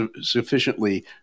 sufficiently